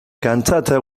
cantata